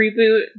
reboot